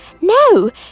no